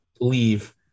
leave